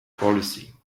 policy